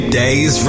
days